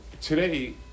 Today